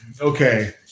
Okay